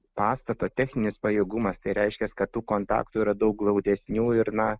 pastato techninis pajėgumas tai reiškia kad tų kontaktų yra daug glaudesnių ir na